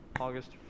August